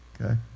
okay